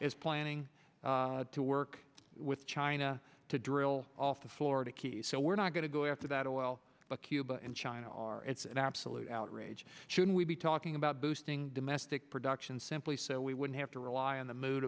is planning to work with china to drill off the florida keys so we're not going to go after that oil but cuba and china are it's an absolute outrage should we be talking about boosting domestic production simply so we wouldn't have to rely on the mood